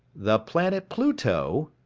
the planet pluto,